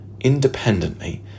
independently